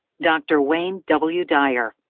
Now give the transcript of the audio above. dr. wayne w. dyer.